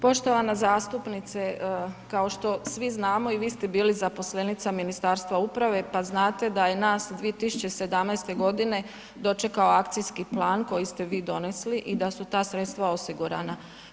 Poštovana zastupnice, kao što svi znamo i vi ste bili zaposlenica Ministarstva uprave, pa znate da je nas 2017. g. dočekao akcijski plan koji ste vi donesli i da su ta sredstva osigurana.